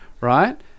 right